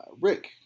Rick